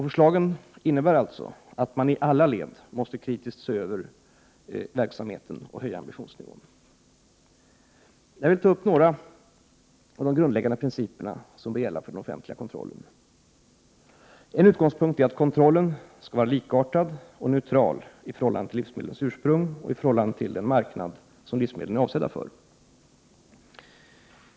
Förslaget innebär alltså att man i alla led måste kritiskt se över verksamheten och höja ambitionsnivån. Jag vill ta upp några av de grundläggande principer som bör gälla för den offentliga kontrollen. En utgångspunkt är att kontrollen skall vara likartad och neutral i förhållande till livsmedlens ursprung och den marknad livsmedlen är avsedda för.